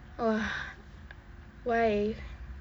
!wah! why